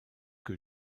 que